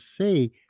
say